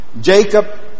Jacob